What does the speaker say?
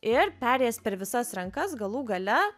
ir perėjęs per visas rankas galų gale